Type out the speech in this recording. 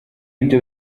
ibyo